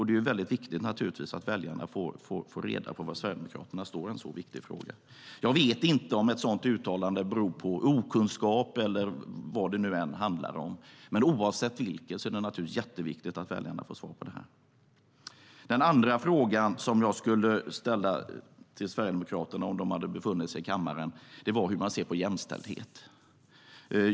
Det är naturligtvis viktigt att väljarna får reda på var Sverigedemokraterna står i en så viktig fråga. Jag vet inte om ett sådant uttalande beror på okunskap eller vad det nu handlar om, men oavsett vilket är det jätteviktigt att väljarna får svar. Den andra frågan jag hade velat ställa till Sverigedemokraterna om de befunnit sig i kammaren är hur de ser på jämställdhet.